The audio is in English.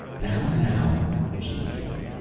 now, now she began.